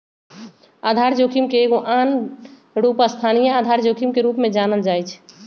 आधार जोखिम के एगो आन रूप स्थानीय आधार जोखिम के रूप में जानल जाइ छै